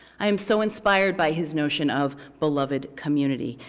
i am so inspired by his notion of beloved community.